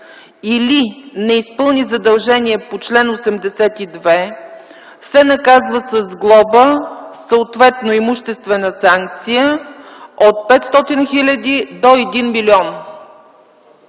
или не изпълни задължение по чл. 82, се наказва с глоба, съответно имуществена санкция от 500 000 до 1 000